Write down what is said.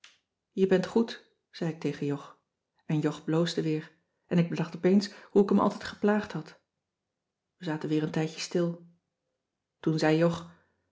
je bent goed zei ik tegen jog en jog bloosde weer en ik bedacht opeens hoe ik hem altijd geplaagd had we zaten weer een tijdje stil toen zei jog